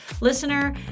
listener